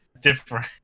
different